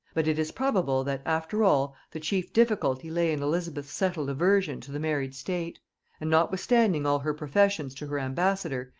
but it is probable that, after all, the chief difficulty lay in elizabeth's settled aversion to the married state and notwithstanding all her professions to her ambassador,